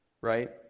Right